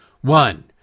One